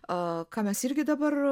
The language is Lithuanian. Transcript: a ką mes irgi dabar